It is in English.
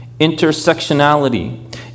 intersectionality